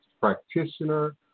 practitioner